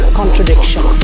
contradiction